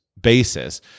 basis